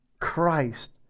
Christ